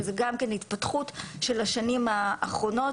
שזה גם כן התפתחות של השנים האחרונות,